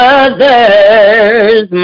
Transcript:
others